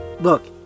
Look